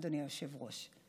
אדוני היושב-ראש,